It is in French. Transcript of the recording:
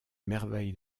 merveilles